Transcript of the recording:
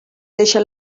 deixa